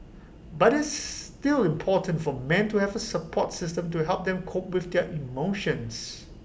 but it's still important for men to have A support system to help them cope with their emotions